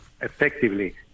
effectively